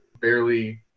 barely